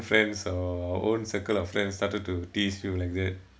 friends or own circle of friends started to tease you like that